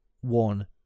one